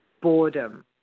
boredom